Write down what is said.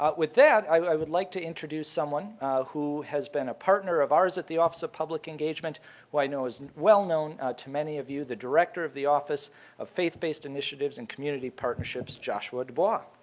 ah with that, i would like to introduce someone who has been a partner of ours at the office of public engagement know is and well known to many of you, the director of the office of faith-based initiatives and community partnerships, joshua dubois.